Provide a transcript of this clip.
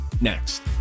next